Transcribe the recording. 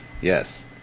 yes